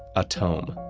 a tome,